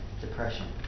depression